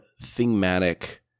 thematic